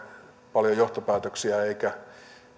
paljon johtopäätöksien eikä